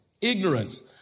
Ignorance